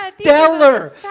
stellar